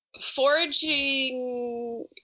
foraging